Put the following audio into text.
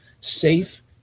safe